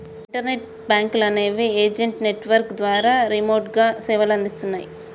internet బ్యేంకులనేవి agent network ద్వారా రిమోట్గా సేవలనందిస్తన్నయ్